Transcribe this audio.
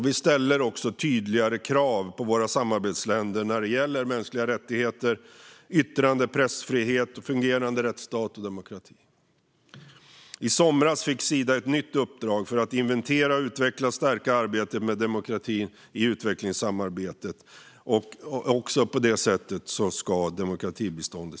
Vi ställer också tydligare krav på våra samarbetsländer när det gäller mänskliga rättigheter, yttrande och pressfrihet samt en fungerande rättsstat och demokrati.